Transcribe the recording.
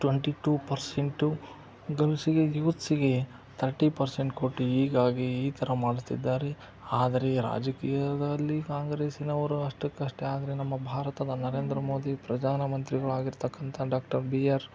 twenty two percent ಗಂಡಸಿಗೆ ಯೂತ್ಸಿಗೆ thirty percent ಕೊಟ್ಟು ಹೀಗಾಗಿ ಈ ಥರ ಮಾಡುತ್ತಿದ್ದಾರೆ ಆದರೆ ಈ ರಾಜಕೀಯದಲ್ಲಿ ಕಾಂಗ್ರೆಸಿನವರು ಅಷ್ಟಕ್ಕಷ್ಟೆ ಆದರೆ ನಮ್ಮ ಭಾರತದ ನರೇಂದ್ರ ಮೋದಿ ಪ್ರಧಾನಮಂತ್ರಿಗಳಾಗಿರತಕ್ಕಂಥ ಡಾಕ್ಟರ್ ಬಿ ಆರ್